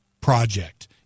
project